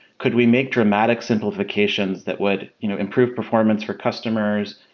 could we make dramatic simplifications that would you know improve performance for customers?